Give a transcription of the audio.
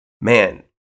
man